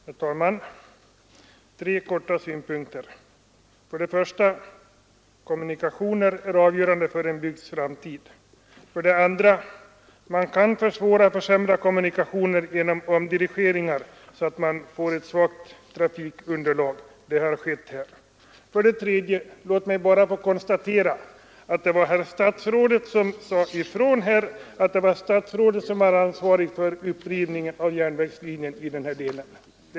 Herr talman! Tre korta synpunkter: 1. Kommunikationer är avgörande för en bygds framtid. 2. Man kan försvåra och försämra kommunikationer genom omdirigeringar, så att man får ett svagt trafikunderlag. Det har skett här. 3. Låt mig bara få konstatera att herr statsrådet har förklarat att det är han som är ansvarig för upprivningen av järnvägslinjen i den här delen.